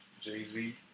Jay-Z